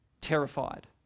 terrified